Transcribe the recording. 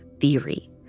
theory